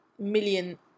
Million